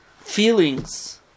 Feelings